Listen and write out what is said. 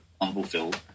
unfulfilled